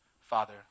Father